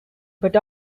but